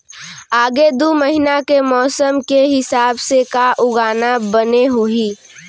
आगे दू महीना के मौसम के हिसाब से का उगाना बने होही?